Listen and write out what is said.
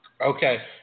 Okay